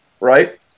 right